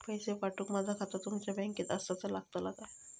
पैसे पाठुक माझा खाता तुमच्या बँकेत आसाचा लागताला काय?